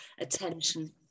attention